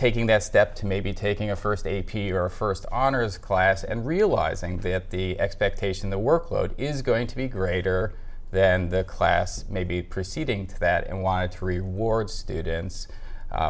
taking that step to maybe taking a first a p or first honors class and realizing that the expectation the workload is going to be greater then the class may be proceeding to that and why it's reward students